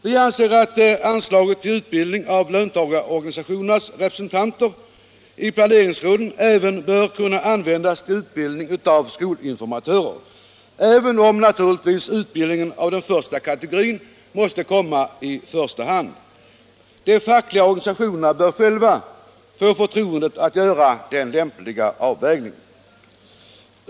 Vi anser att anslaget till utbildning av löntagarorganisationernas representanter i planeringsråden också bör kunna användas till utbildning av skolinformatörer, även om naturligtvis utbildningen av den förstnämnda kategorin måste komma i första hand. De fackliga organisationerna bör själva få förtroendet att göra den lämpliga avvägningen.